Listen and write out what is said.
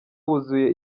wuzuye